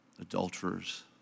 adulterers